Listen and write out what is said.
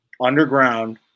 underground